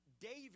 David